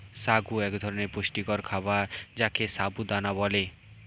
সাগু এক ধরনের পুষ্টিকর খাবার যাকে সাবু দানা বলে